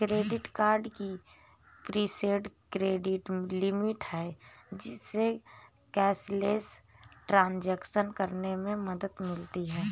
credit card की preset credit limit है, जिससे कैशलेस ट्रांज़ैक्शन करने में मदद मिलती है